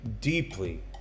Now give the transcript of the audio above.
deeply